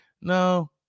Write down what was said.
no